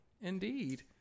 Indeed